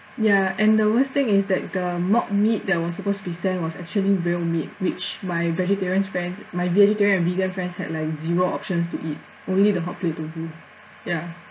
ya and the worst thing is that the mock meat that was supposed to be sent was actually real meat which my vegetarian friends my vegetarian and vegan friends had like zero options to eat only the hotplate to do ya